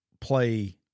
play